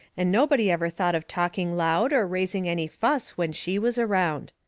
and nobody ever thought of talking loud or raising any fuss when she was around.